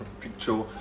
picture